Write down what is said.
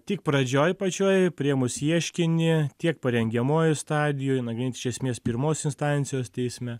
tik pradžioj pačioj priėmus ieškinį tiek parengiamojoj stadijoj nagrinėti nuo ginčo esmės pirmos instancijos teisme